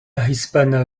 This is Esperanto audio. hispana